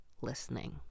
listening